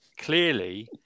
clearly